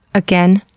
again,